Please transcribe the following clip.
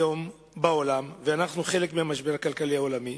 היום בעולם, ואנו חלק מהמשבר הכלכלי העולמי,